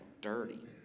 dirty